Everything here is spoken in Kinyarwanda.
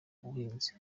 ubuhanzi